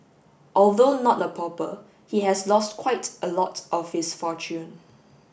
although not a pauper he has lost quite a lot of his fortune